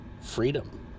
freedom